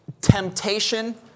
temptation